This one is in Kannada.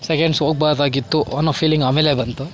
ಸೆಕೆಂಡ್ಸ್ ಹೋಗ್ಬಾರ್ದಾಗಿತ್ತು ಅನ್ನೋ ಫೀಲಿಂಗ್ ಆಮೇಲೆ ಬಂತು